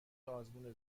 آزمون